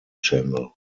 channel